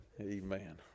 Amen